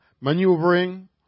maneuvering